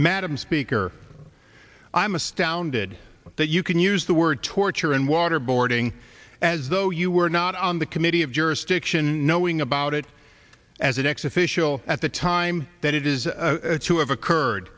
madam speaker i am astounded that you can use the word torture and waterboarding as though you were not on the committee of jurisdiction knowing about it as an ex official at the time that it is to have occurred